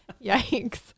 yikes